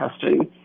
testing